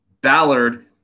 Ballard